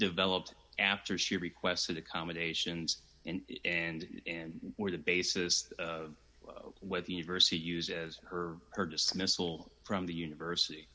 developed after she requested accommodations and and where the basis of what the university used as her her dismissal from the university